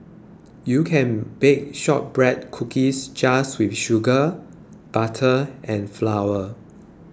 you can bake Shortbread Cookies just with sugar butter and flour